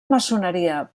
maçoneria